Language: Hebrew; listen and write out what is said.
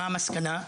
מה המסקנה?